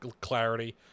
clarity